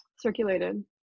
circulated